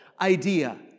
idea